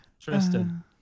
Tristan